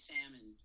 Salmon